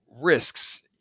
risks